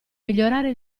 migliorare